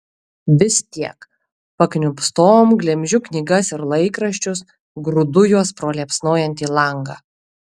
vis tiek pakniopstom glemžiu knygas ir laikraščius grūdu juos pro liepsnojantį langą